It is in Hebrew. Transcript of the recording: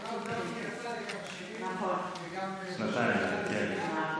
לכמה שנים, וגם, שנתיים, כן.